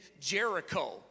Jericho